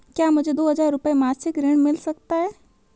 क्या मुझे दो हज़ार रुपये मासिक ऋण मिल सकता है?